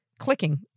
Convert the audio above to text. clicking